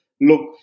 look